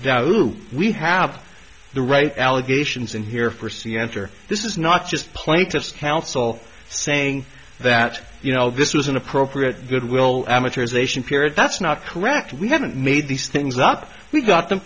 that we have the right allegations in here for see enter this is not just plaintiff's counsel saying that you know this was an appropriate goodwill amateur's ation period that's not correct we haven't made these things up we've got them